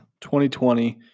2020